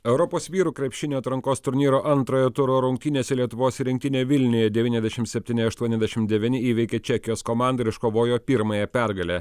europos vyrų krepšinio atrankos turnyro antrojo turo rungtynėse lietuvos rinktinė vilniuje devyniasdešim septyni aštuoniasdešim devyni įveikė čekijos komandą ir iškovojo pirmąją pergalę